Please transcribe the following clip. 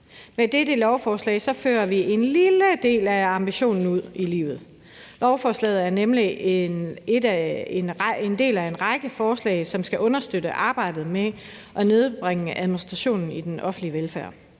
Med dette lovforslag fører vi en lille del af ambitionen ud i livet. Lovforslaget er nemlig et af en række forslag, som skal understøtte arbejdet med at nedbringe administrationen i den offentlige velfærd.